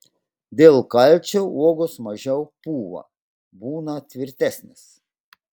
dėl kalcio uogos mažiau pūva būna tvirtesnės